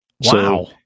Wow